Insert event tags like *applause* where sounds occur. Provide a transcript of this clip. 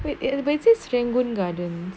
*noise* என்னது:ennathu best is serangoon gardens